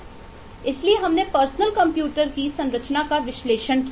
इसलिए हमने personal computer की संरचना का विश्लेषण किया